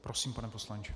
Prosím, pane poslanče.